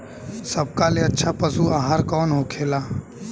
सबका ले अच्छा पशु आहार कवन होखेला?